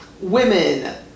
women